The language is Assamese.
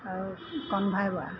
আৰু কণভাই বৰা